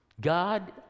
God